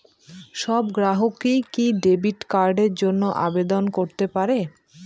সব গ্রাহকই কি ডেবিট কার্ডের জন্য আবেদন করতে পারে?